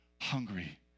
hungry